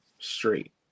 Straight